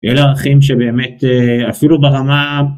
אלה ערכים שבאמת אפילו ברמה